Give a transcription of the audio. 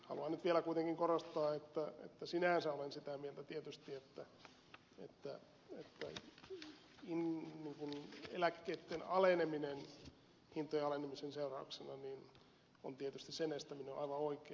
haluan nyt vielä kuitenkin korostaa että sinänsä olen sitä mieltä tietysti että eläkkeitten alenemisen estäminen hintojen alenemisen seurauksena on aivan oikein